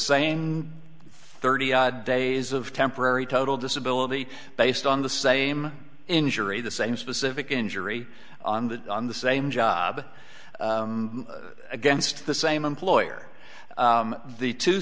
same thirty odd days of temporary total disability based on the same injury the same specific injury on the on the same job against the same employer the two